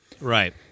Right